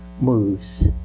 moves